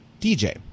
DJ